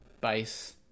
base